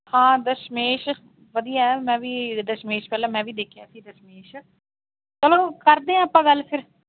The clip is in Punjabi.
ਹਾਂ ਦਸ਼ਮੇਸ਼ ਵਧੀਆ ਆ ਮੈਂ ਵੀ ਦਸ਼ਮੇਸ਼ ਪਹਿਲਾਂ ਮੈਂ ਵੀ ਦੇਖਿਆ ਸੀ ਦਸ਼ਮੇਸ਼ ਚਲੋ ਕਰਦੇ ਹਾਂ ਆਪਾਂ ਗੱਲ ਫਿਰ